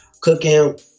cooking